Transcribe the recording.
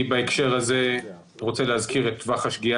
בהקשר הזה אני רוצה להזכיר את טווח השגיאה